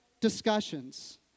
discussions